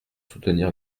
soutenir